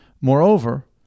Moreover